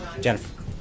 Jennifer